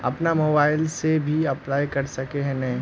अपन मोबाईल से भी अप्लाई कर सके है नय?